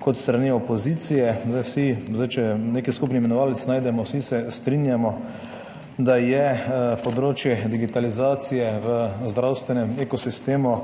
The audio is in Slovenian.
kot s strani opozicije. Vsi, zdaj, če nek skupni imenovalec najdemo, vsi se strinjamo, da je področje digitalizacije v zdravstvenem ekosistemu